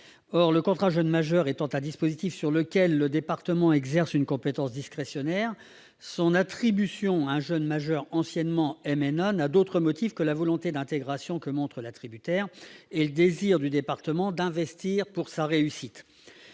Or, le contrat jeune majeur étant un dispositif sur lequel le département exerce une compétence discrétionnaire, son attribution à un jeune majeur anciennement mineur non accompagné n'a d'autres motifs que la volonté d'intégration que montre l'attributaire et le désir du département d'«investir » pour sa réussite.